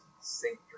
sink